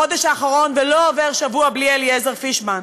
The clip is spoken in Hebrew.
בחודש האחרון לא עובר שבוע בלי אליעזר פישמן,